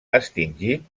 extingit